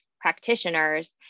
practitioners